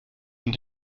und